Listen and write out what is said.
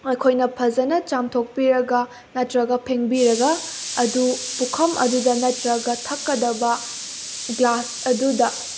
ꯑꯩꯈꯣꯏꯅ ꯐꯖꯅ ꯆꯥꯝꯊꯣꯛꯄꯤꯔꯒ ꯅꯠꯇ꯭ꯔꯒ ꯐꯦꯡꯕꯤꯔꯒ ꯑꯗꯨ ꯄꯨꯈꯝ ꯑꯗꯨꯗ ꯅꯠꯇ꯭ꯔꯒ ꯊꯛꯀꯗꯕ ꯒ꯭ꯂꯥꯁ ꯑꯗꯨꯗ